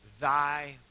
Thy